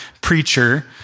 preacher